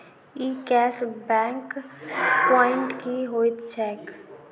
ई cash back point की होइत छैक?